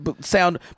sound